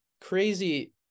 crazy